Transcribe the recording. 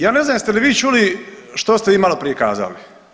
Ja ne znam jeste li vi čuli što ste vi malo prije kazali.